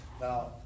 Now